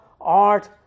art